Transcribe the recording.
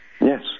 Yes